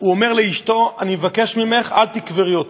הוא אמר לאשתו: אני מבקש ממך, אל תקברי אותי.